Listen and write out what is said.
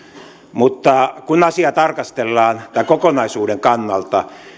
mutta kun asiaa tarkastellaan tämän kokonaisuuden kannalta